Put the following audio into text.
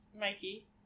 Mikey